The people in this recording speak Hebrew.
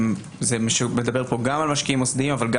זה מדבר גם על משקיעים מוסדיים אבל גם